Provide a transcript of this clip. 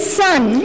son